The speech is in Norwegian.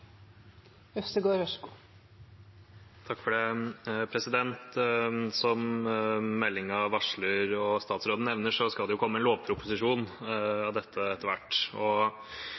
det. Som meldingen varsler og statsråden nevner, skal det komme en lovproposisjon om dette etter hvert.